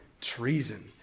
treason